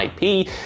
IP